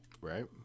Right